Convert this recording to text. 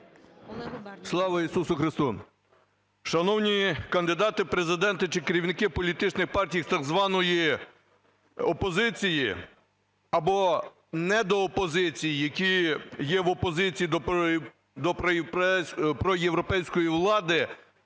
Слава Ісусу Христу! Шановні кандидати в Президенти чи керівники політичної партії з так званої "опозиції" або недоопозиції, які є в опозиції до проєвропейської влади.